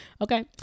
Okay